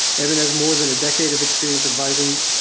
even has more than a decade of experience advising,